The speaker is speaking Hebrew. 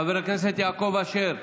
חבר הכנסת יעקב אשר,